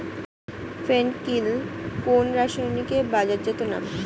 ফেন কিল কোন রাসায়নিকের বাজারজাত নাম?